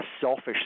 selfish